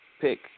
Pick